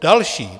Další.